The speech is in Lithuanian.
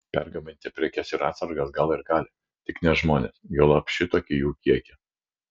pergabenti prekes ir atsargas gal ir gali tik ne žmones juolab šitokį jų kiekį